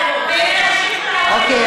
אוקיי.